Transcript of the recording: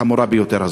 החמורה ביותר.